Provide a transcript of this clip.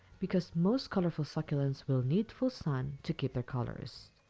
because most colorful succulents will need full sun, to keep their colors.